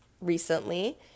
recently